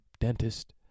Dentist